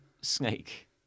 snake